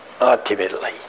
ultimately